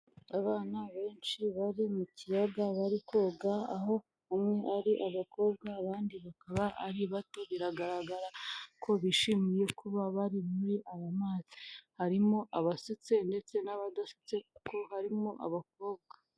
Abana benshi bari mu kiyaga bari koga aho bamwe ari abakobwa abandi bakaba ari bato, biragaragara ko bishimiye kuba bari muri ayo mazi, harimo abasetse ndetse n'abadasetse kuko harimo abakobwa.